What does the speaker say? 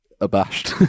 abashed